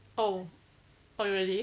oh oh really